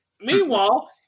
Meanwhile